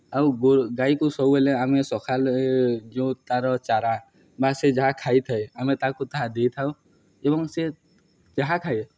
ଆଉ ଗାଈକୁ ସବୁବେଳେ ଆମେ ସକାଳେ ଯେଉଁ ତା'ର ଚାରା ବା ସେ ଯାହା ଖାଇଥାଏ ଆମେ ତାକୁ ତାହା ଦେଇଥାଉ ଏବଂ ସେ ଯାହା ଖାଏ